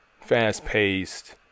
fast-paced